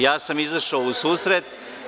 Ja sam izašao u susret.